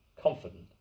confident